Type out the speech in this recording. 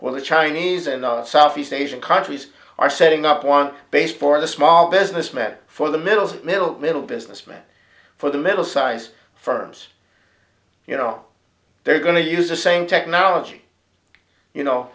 well the chinese and southeast asian countries are setting up one base for the small businessman for the middle middle middle businessman for the middle size firms you know they're going to use the same technology you know